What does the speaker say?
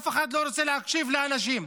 אף אחד לא רוצה להקשיב לאנשים.